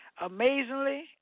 Amazingly